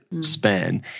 span